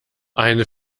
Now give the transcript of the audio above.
eine